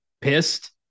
pissed